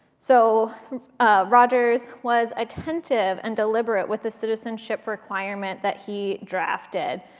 so rogers was attentive and deliberate with the citizenship requirement that he drafted.